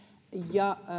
ja